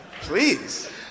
please